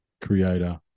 creator